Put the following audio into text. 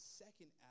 second